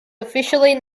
officially